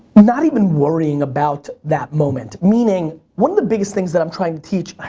not even worrying about that moment. meaning, one of the biggest things that i'm trying to teach,